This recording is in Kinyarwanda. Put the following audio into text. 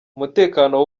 umutekano